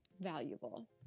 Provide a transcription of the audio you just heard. valuable